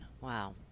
wow